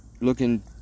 looking